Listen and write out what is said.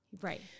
Right